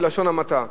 בלשון המעטה.